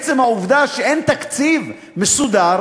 עצם העובדה שאין תקציב מסודר